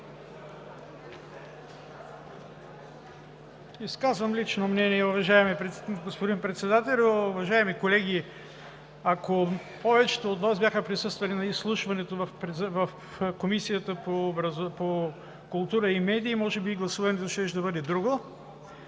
Изказвам лично мнение, уважаеми господин Председател. Уважаеми колеги, ако повечето от Вас бяха присъствали на изслушването в Комисията по културата и медиите, може би гласуването щеше да бъде друго.